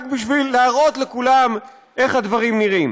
רק בשביל להראות לכולם איך הדברים נראים.